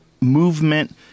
movement